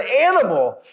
animal